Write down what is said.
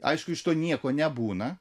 aišku iš to nieko nebūna